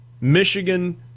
Michigan